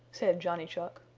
said johnny chuck,